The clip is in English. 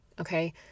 Okay